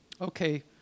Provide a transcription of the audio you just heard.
Okay